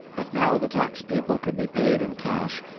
but now the tax people could be paid in cash,